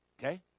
Okay